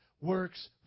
works